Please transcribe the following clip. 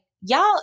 y'all